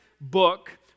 book